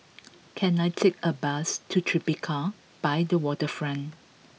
can I take a bus to Tribeca by the waterfront